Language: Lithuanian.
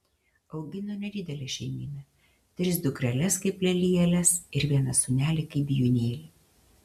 augino nedidelę šeimyną tris dukreles kaip lelijėles ir vieną sūnelį kaip bijūnėlį